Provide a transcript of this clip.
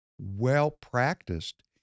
well-practiced